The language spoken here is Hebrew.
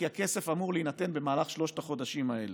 כי הכסף אמור להינתן במהלך שלושת החודשים האלה.